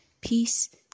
Peace